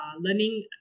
learning